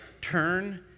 turn